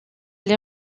les